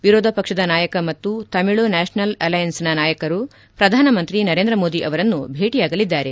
ವಿರೋಧ ಪಕ್ಷದ ನಾಯಕ ಮತ್ತು ತಮಿಳು ನ್ವಾಷನಲ್ ಅಲ್ವೆಯನ್ಸ್ನ ನಾಯಕರು ಪ್ರಧಾನಮಂತ್ರಿ ನರೇಂದ್ರ ಮೋದಿ ಅವರನ್ನು ಭೇಟಯಾಗಲಿದ್ದಾರೆ